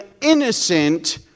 innocent